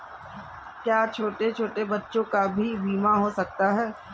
क्या छोटे छोटे बच्चों का भी बीमा हो सकता है?